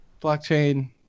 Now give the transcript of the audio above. blockchain